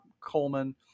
Coleman